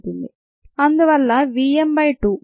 అందువల్ల అది v m by 2